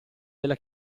della